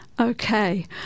Okay